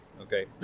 Okay